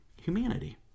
humanity